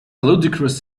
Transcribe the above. ludicrous